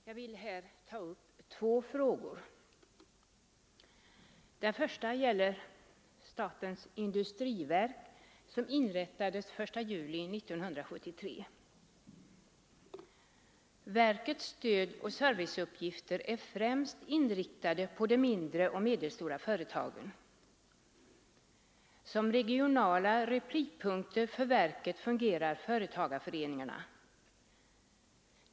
Herr talman! Jag vill ta upp två frågor. Den första gäller statens industriverk, som inrättades den 1 juli 1973. Verkets stödoch serviceuppgifter är främst inriktade på de mindre och medelstora företagen. Som regionala replipunkter för verket fungerar företagarföreningarna.